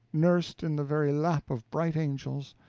nursed in the very lap of bright angels!